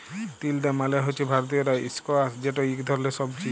তিলডা মালে হছে ভারতীয় ইস্কয়াশ যেট ইক ধরলের সবজি